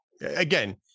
again